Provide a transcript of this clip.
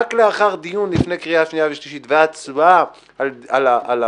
רק לאחר דיון לפני קריאה שניה ושלישית והצבעה על החוק